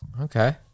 Okay